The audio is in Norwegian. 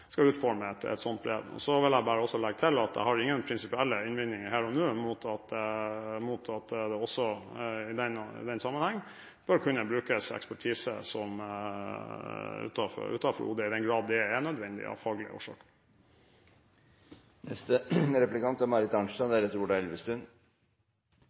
skal utforme et slikt brev. Så vil jeg bare legge til at jeg ikke har noen prinsipielle innvendinger her og nå mot at det også i den sammenheng bør kunne brukes ekspertise utenfor OD, i den grad det er nødvendig av faglige årsaker.